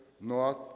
north